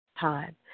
time